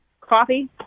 coffee